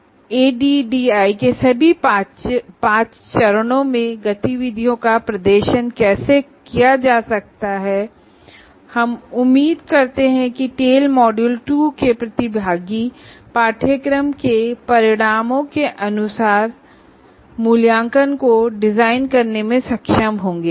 हम यह भी देखेंगे कि एडीडीआईई के सभी पांच चरणों में गतिविधियों का प्रदर्शन कैसे किया जाता है और हम उम्मीद करते हैं कि टेल मॉड्यूल 2 के प्रतिभागी कोर्स आउटकम के अनुरूप डिजाइन असेसमेंट करने में सक्षम होंगे